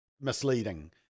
misleading